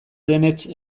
denetz